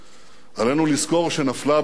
עלינו לזכור שנפלה בזכותנו,